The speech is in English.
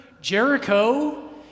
Jericho